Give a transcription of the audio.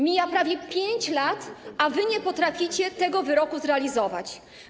Mija prawie 5 lat, a wy nie potraficie tego wyroku zrealizować.